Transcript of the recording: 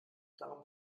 darum